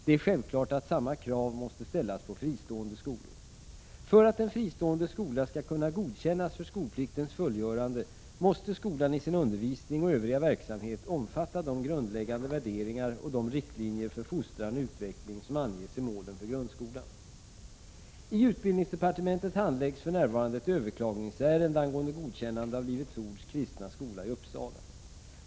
Det är självklart att samma krav måste ställas på fristående skolor. För att en fristående skola skall kunna godkännas för skolpliktens fullgörande måste skolan i sin undervisning och övriga verksamhet omfatta de grundläggande värderingar och de riktlinjer för fostran och utveckling som anges i målen för grundskolan. I utbildningsdepartementet handläggs för närvarande ett överklagningsärende angående godkännande av Livets Ords Kristna Skola i Uppsala.